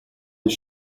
his